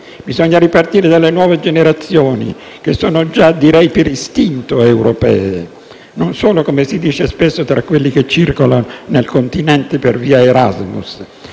Bisogna ripartire dalle nuove generazioni, che sono già, direi per istinto, europee: non solo, come si dice spesso, tra quelli che circolano nel continente per via Erasmus,